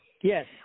Yes